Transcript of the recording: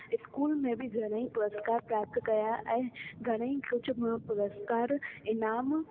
school में बि घणेई पुरस्कार प्राप्त कया ऐं घणेई कुझु मां पुरस्कार इनामु